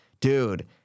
dude